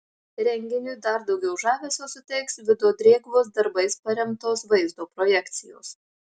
renginiui dar daugiau žavesio suteiks vido drėgvos darbais paremtos vaizdo projekcijos